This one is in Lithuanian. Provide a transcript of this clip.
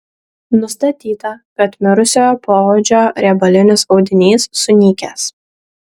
nustatyta kad mirusiojo poodžio riebalinis audinys sunykęs